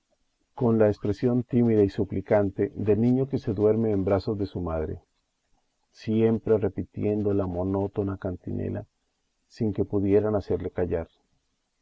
con la expresión tímida y suplicante del niño que se duerme en brazos de su madre siempre repitiendo la monótona cantinela sin que pudieran hacerle callar